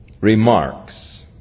remarks